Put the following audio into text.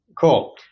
Cool